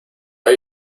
hay